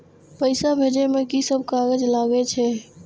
पैसा भेजे में की सब कागज लगे छै?